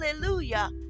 Hallelujah